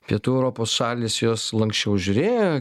pietų europos šalys jos lanksčiau žiūrėjo